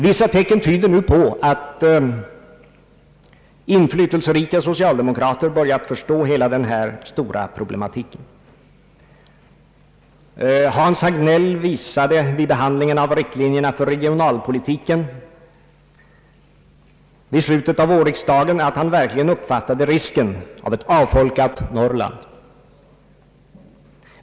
Vissa tecken tyder nu på att infly telserika socialdemokrater börjat förstå hela denna stora problematik. Hans Hagnell visade vid behandlingen av riktlinjerna för regionalpolitiken i slutet av vårriksdagen att han verkligen uppfattade risken av ett avfolkat Norrland.